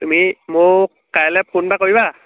তুমি মোক কাইলৈ ফোন এটা কৰিবা